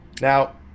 Now